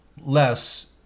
less